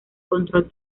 control